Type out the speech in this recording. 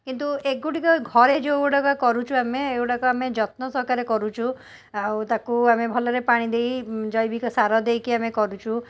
କିନ୍ତୁ ଏଗୁଡ଼ିକ ଘରେ ଯେଉଁଗୁଡ଼ାକ କରୁଛୁ ଆମେ ଏଗୁଡ଼ାକ ଆମେ ଯତ୍ନସହକାରେ କରୁଛୁ ଆଉ ତାକୁ ଆମେ ଭଲରେ ପାଣିଦେଇ ଜୈବିକସାରଦେଇକି ଆମେ କରୁଛୁ